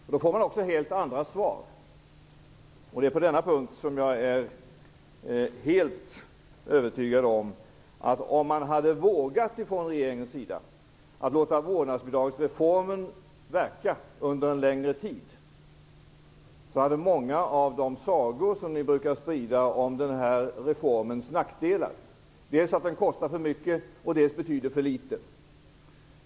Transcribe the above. Om man utgår från detta, får man också helt andra svar. Jag är helt övertygad om att om regeringen hade vågat låta vårdnadsbidragsreformen verka under en längre tid, hade många av de sagor som ni brukar sprida om denna reforms nackdelar kunnat vederläggas. Man menar dels att den kostar för mycket, dels att den betyder för litet.